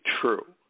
true